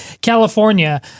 California